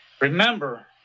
Remember